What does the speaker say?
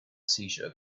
seizure